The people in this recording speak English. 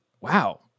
wow